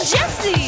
Jesse